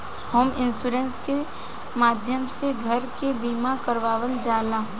home insurance के माध्यम से घर के बीमा करावल जाला